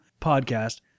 podcast